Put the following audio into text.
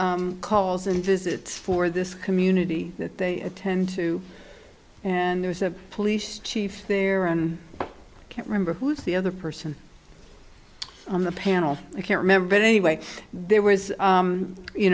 few calls and visits for this community that they attend to and there's a police chief there and can't remember who's the other person on the panel i can't remember but anyway there was